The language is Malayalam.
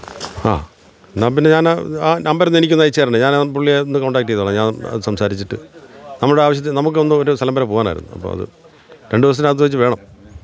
ആ എന്നാൽ പിന്നെ ഞാനാ ആ നമ്പരൊന്ന് എനിക്കൊന്ന് അയച്ച് തരണെ ഞാൻ ആ പുള്ളിയെ ഒന്ന് കോണ്ടാക്റ്റ് ചെയ്തോളാം ഞാന് സംസാരിച്ചിട്ട് നമ്മുടെ ആവിശ്യത്തിന് നമുക്ക് ഒന്ന് ഒരു സ്ഥലം വരെ പോകാനായിരുന്നു അപ്പം അത് രണ്ട് ദിവസത്തിനകത്ത് വെച്ച് വേണം